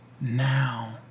now